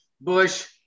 Bush